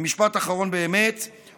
משפט אחרון באמת,